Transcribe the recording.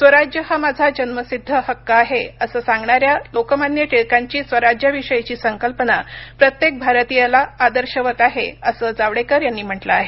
स्वराज्य हा माझा जन्मसिद्ध आहे असं सांगणाऱ्या लोकमान्य टिळकांची स्वराज्याविषयीची संकल्पना प्रत्येक भारतीयाला आदर्शवत आहे असं जावडेकर यांनी म्हटलं आहे